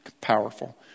powerful